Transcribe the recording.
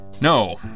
No